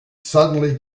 suddenly